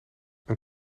een